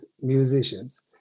musicians